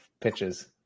pitches